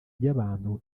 ry’abantu